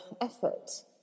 effort